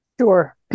Sure